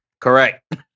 Correct